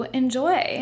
enjoy